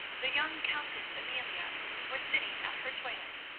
the young countess amelia was sitting at her toilet.